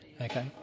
Okay